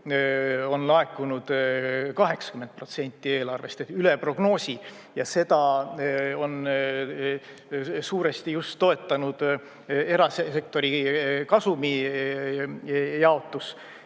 on laekunud 80% eelarvest ehk üle prognoosi. Ja seda on suuresti just toetanud erasektori kasumi jaotus.